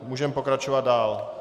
Můžeme pokračovat dál.